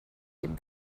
dem